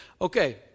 Okay